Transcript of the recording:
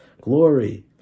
glory